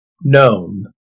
known